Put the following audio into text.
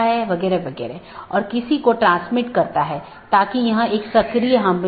एक और बात यह है कि यह एक टाइपो है मतलब यहाँ यह अधिसूचना होनी चाहिए